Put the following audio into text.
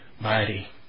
mighty